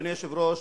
אדוני היושב-ראש,